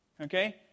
Okay